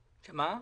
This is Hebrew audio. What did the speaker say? ככה.